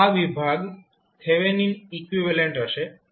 તો આ વિભાગ થેવેનિન ઇકવીવેલેન્ટ હશે